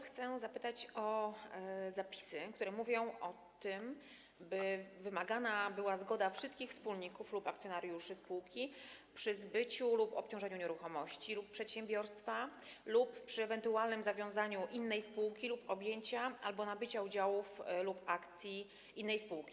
Chcę zapytać o zapisy, które mówią o tym, by wymagana była zgoda wszystkich wspólników lub akcjonariuszy spółki przy zbyciu lub obciążeniu nieruchomości lub przedsiębiorstwa lub przy ewentualnym zawiązaniu innej spółki lub objęciu albo nabyciu udziałów lub akcji innej spółki.